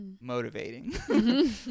motivating